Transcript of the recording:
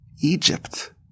Egypt